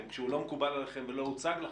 כשהוא לא מקובל עליכם ולא הוצג לכם,